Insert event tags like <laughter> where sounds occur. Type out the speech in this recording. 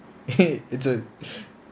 <laughs> it's a <breath>